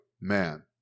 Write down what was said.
man